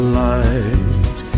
light